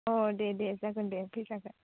अ दे दे जागोन दे फैजागोन